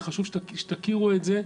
זה חשוב שתכירו את זה.